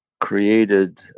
created